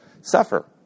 suffer